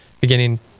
beginning